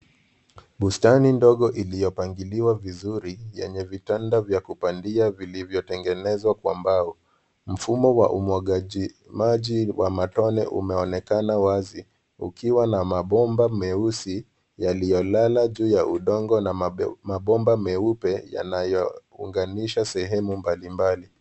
Bustani ndogo iliyopangiliwa vizuri yenye vitanda vya kupandia vilivyotengenezwa kwa mbao. Mfumo wa umwagajimaji wa matone umeonekana wazi ukiwa na mabomba meusi yaliyolala juu ya udongo na mabomba meupe yanayounganisha sehemu mbalimbali.